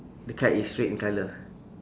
the kite is red in colour